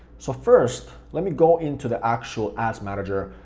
so first let me go into the actual ads manager,